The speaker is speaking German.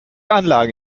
anlage